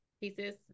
pieces